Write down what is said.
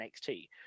NXT